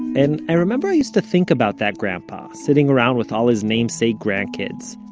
and i remember i used to think about that grandpa, sitting around with all his namesake grandkids,